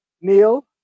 Neil